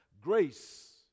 grace